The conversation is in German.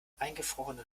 eingefrorene